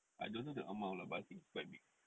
I don't know the amount lah but I think it's quite big